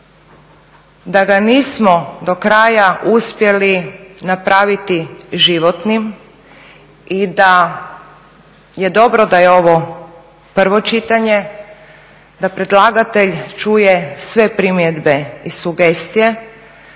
da ga nismo do kraja uspjeli napraviti životnim i da je dobro da je ovo prvo čitanje, da predlagatelj čuje sve primjedbe i sugestije,